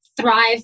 thrive